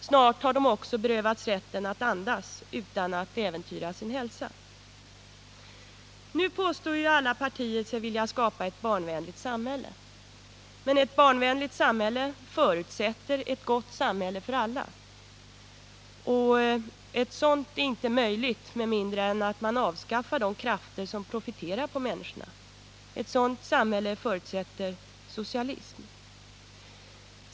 Snart har de också berövats rätten att andas utan att äventyra sin hälsa. Nu påstår alla partier sig vilja skapa ett barnvänligt samhälle. Men ett barnvänligt samhälle förutsätter ett gott samhälle för alla, och ett sådant är inte möjligt att få med mindre än att man avskaffar de krafter som profiterar på människorna — ett sådant samhälle förutsätter socialism.